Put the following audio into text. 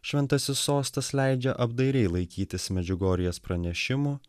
šventasis sostas leidžia apdairiai laikytis medžiugorjės pranešimų